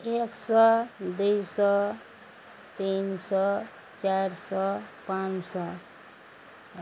एक सए दुइ सए तीन सए चारि सए पाॅंच सए